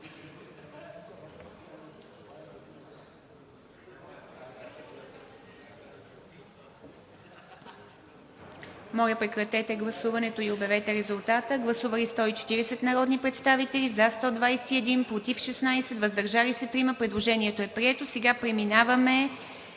Моля, прекратете гласуването и обявете резултата. Гласували 194 народни представители: за 96, против 80, въздържали се 18. Предложението не е прието. (Шум, реплики